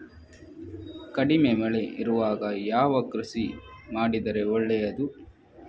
ಕಡಿಮೆ ಮಳೆ ಇರುವಾಗ ಯಾವ ಕೃಷಿ ಮಾಡಿದರೆ ಒಳ್ಳೆಯದು?